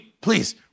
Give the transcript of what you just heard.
please